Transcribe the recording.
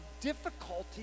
difficulty